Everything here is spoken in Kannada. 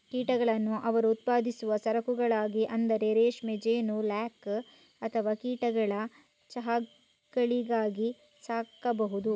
ಕೀಟಗಳನ್ನು ಅವರು ಉತ್ಪಾದಿಸುವ ಸರಕುಗಳಿಗಾಗಿ ಅಂದರೆ ರೇಷ್ಮೆ, ಜೇನು, ಲ್ಯಾಕ್ ಅಥವಾ ಕೀಟಗಳ ಚಹಾಗಳಿಗಾಗಿ ಸಾಕಬಹುದು